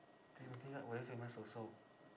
timothy yap very famous also